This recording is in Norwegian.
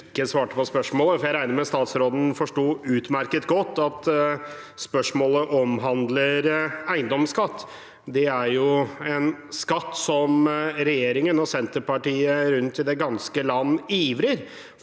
jeg regner med at statsråden forsto utmerket godt at spørsmålet handler om eiendomsskatt. Det er en skatt som regjeringen og Senterpartiet rundt i det ganske land ivrer